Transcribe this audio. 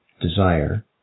desire